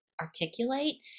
articulate